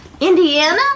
Indiana